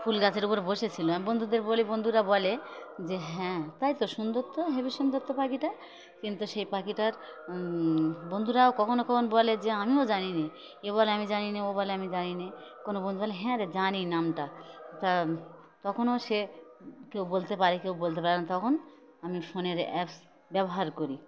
ফুল গাছের উপর বসেছিল আমি বন্ধুদের বলি বন্ধুরা বলে যে হ্যাঁ তাই তো সুন্দর তো হেবি সুন্দর তো পাখিটা কিন্তু সেই পাখিটার বন্ধুরাও কখনও কখন বলে যে আমিও জানি নে এ বলে আমি জানি নে ও বলে আমি জানি নে কোনো বন্ধু বলে হ্যাঁ রে জানি নামটা তা তখনও সে কেউ বলতে পারে কেউ বলতে পারে না তখন আমি ফোনের অ্যাপস ব্যবহার করি